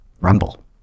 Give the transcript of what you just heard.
Rumble